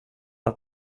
att